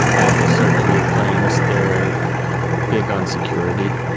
apple certainly claims they're big on security.